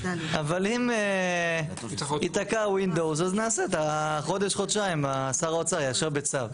אבל אם ייתקע הווינדוס אז נעשה את החודש חודשיים שר האוצר יאשר בצו.